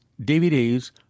DVDs